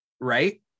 right